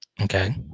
Okay